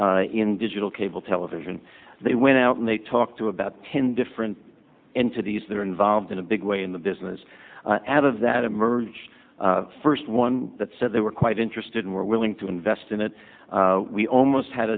in digital cable television they went out and they talked to about ten different entities that are involved in a big way in the business out of that emerged first one that said they were quite interested and were willing to invest in it we almost had